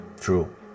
True